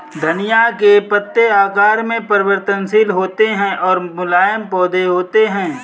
धनिया के पत्ते आकार में परिवर्तनशील होते हैं और मुलायम पौधे होते हैं